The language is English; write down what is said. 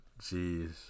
Jeez